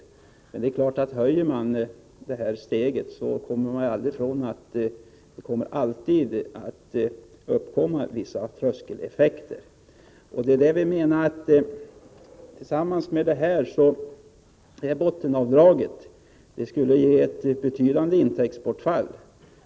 Om man höjer effektgränsen uppkommer det naturligtvis alltid vissa tröskeleffekter, men vi menar att detta tillsammans med bottenavdraget skulle medföra ett betydande intäktsbortfall.